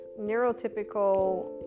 neurotypical